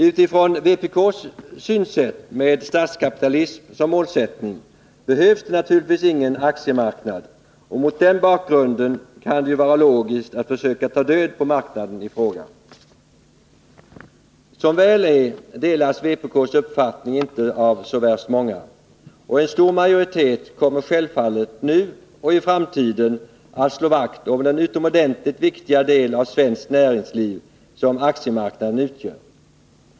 Utifrån vpk:s synsätt med statskapitalism som målsättning behövs det naturligtvis ingen aktiemarknad, och mot den bakgrunden kan det ju vara logiskt att försöka ta död på marknaden i fråga. Som väl är delas vpk:s uppfattning inte av så värst många, och en stor majoritet kommer självfallet nu och i framtiden att slå vakt om den utomordentligt viktiga del av svenskt näringsliv som aktiemarknaden utgör.